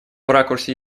ракурсе